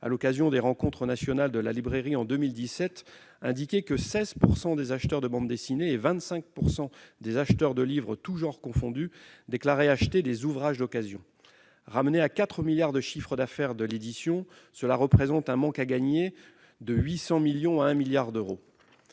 à l'occasion des Rencontres nationales de la librairie, en 2017, indiquait que 16 % des acheteurs de bandes dessinées et 25 % des acheteurs de livres, tous genres confondus, déclaraient acheter des ouvrages d'occasion. Ramené aux 4 milliards de chiffre d'affaires de l'édition, cela représente un manque à gagner de 800 millions à 1 milliard d'euros.